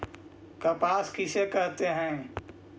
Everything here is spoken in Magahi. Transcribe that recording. कपास किसे कहते हैं?